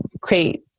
Create